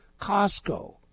Costco